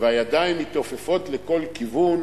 והידיים מתעופפות לכל כיוון.